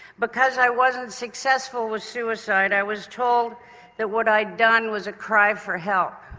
because i wasn't successful with suicide i was told that what i'd done was a cry for help.